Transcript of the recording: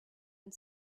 and